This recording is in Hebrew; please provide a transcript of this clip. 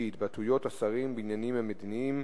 הצעות לסדר-היום מס' 3127,